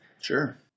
Sure